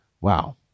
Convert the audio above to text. Wow